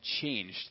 changed